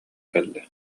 кэллэ